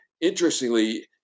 interestingly